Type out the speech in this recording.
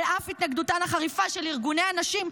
על אף התנגדותם החריפה של ארגוני הנשים,